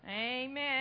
amen